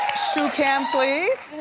shoe cam, please.